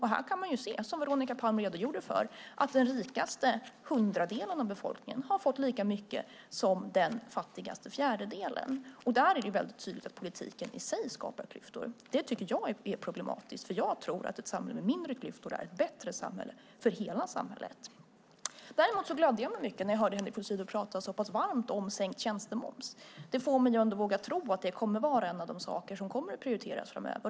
Här kan vi se, som Veronica Palm redogjorde för, att den rikaste hundradelen av befolkningen har fått lika mycket som den fattigaste fjärdedelen. Där är det väldigt tydligt att politiken i sig skapar klyftor. Det tycker jag är problematiskt. Jag tror att ett samhälle med mindre klyftor är ett bättre samhälle sett till hela samhället. Jag gladde mig mycket när jag hörde Henrik von Sydow tala så pass varmt om sänkt tjänstemoms. Det får mig ändå att våga tro att det kommer att vara en av de saker som kommer att prioriteras framöver.